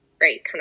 Right